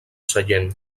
sallent